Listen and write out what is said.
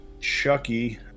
Chucky